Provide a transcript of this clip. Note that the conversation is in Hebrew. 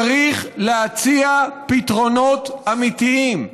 צריך להציע פתרונות אמיתיים,